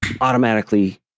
automatically